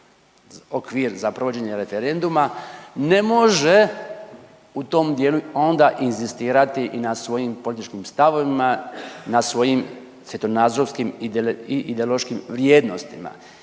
okvir za provođenje referenduma ne može u tom dijelu onda inzistirati i na svojim političkim stavovima, na svojim svjetonazorskim i ideološkim vrijednostima